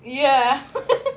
ya